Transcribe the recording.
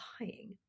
lying